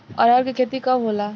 अरहर के खेती कब होला?